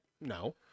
no